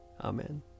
Amen